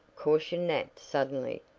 cautioned nat suddenly.